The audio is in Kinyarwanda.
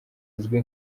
uzwi